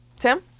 tim